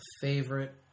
favorite